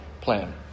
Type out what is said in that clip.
plan